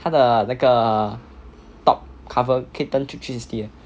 他的那个 top cover 可以 turn three sixty 的